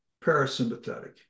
parasympathetic